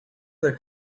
other